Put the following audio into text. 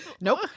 Nope